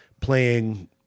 playing